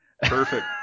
Perfect